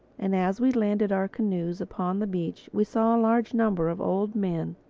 and as we landed our canoes upon the beach we saw a large number of old men,